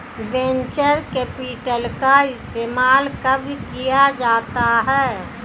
Venture capital का इस्तेमाल कब किया जाता है?